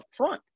upfront